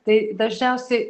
tai dažniausiai